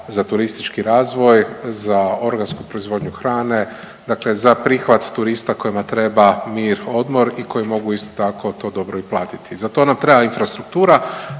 za turistički razvoj, za organsku proizvodnju hrane dakle za prihvat turista kojima treba mir, odmor i koji mogu isto tako to dobro i platiti. Za to nam treba infrastruktura